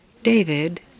David